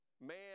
Man